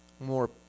more